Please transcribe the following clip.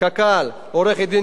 קק"ל, עורכת-הדין